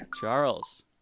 Charles